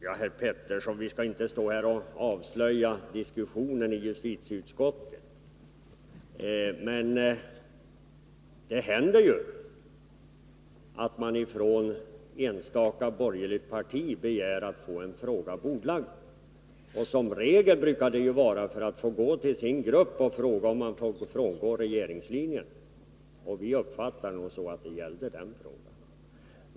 Till herr Petersson i Röstånga vill jag säga att vi väl inte här skall avslöja diskussionen i justitieutskottet. Men det händer ju att man från ett borgerligt parti begär att få en fråga bordlagd. Som regel brukar det bero på att man vill gå till sin grupp för att fråga om man får frångå regeringslinjen. Och vi uppfattar nog att det var så i den här frågan.